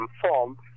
form